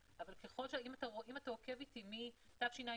אם אני רוצה להפנות תלמיד שמעורב באירוע אלימות למסגרת טיפולית,